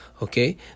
okay